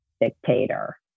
dictator